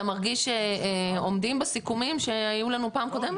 אתה מרגיש שעומדים בסיכומים שהיו לנו בפעם הקודמת?